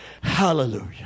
Hallelujah